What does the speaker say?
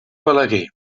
balaguer